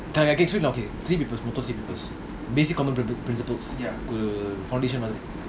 then it okay three papers total three papers basic common principles foundation